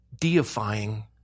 deifying